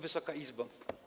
Wysoka Izbo!